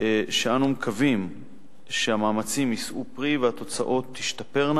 ואנו מקווים שהמאמצים יישאו פרי והתוצאות תשתפרנה